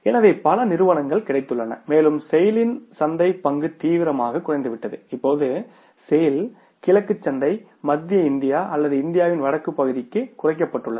எனவே பல நிறுவனங்கள் கிடைத்துள்ளன மேலும் செய்ல் இன் சந்தைப் பங்கு தீவிரமாக குறைந்துவிட்டது இப்போது செய்ல் கிழக்கு சந்தை மத்திய இந்தியா அல்லது இந்தியாவின் வடக்கு பகுதிக்கு குறைக்கப்பட்டுள்ளது